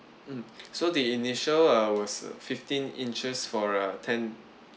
mm so the initial uh was uh fifteen inches for a ten